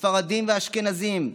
הספרדים והאשכנזים,